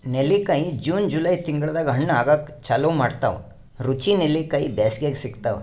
ನೆಲ್ಲಿಕಾಯಿ June July ತಿಂಗಳ್ದಾಗ್ ಹಣ್ಣ್ ಆಗೂಕ್ ಚಾಲು ಮಾಡ್ತಾವ್ ರುಚಿ ನೆಲ್ಲಿಕಾಯಿ ಬ್ಯಾಸ್ಗ್ಯಾಗ್ ಸಿಗ್ತಾವ್